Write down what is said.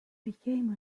became